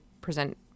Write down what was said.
present